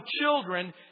children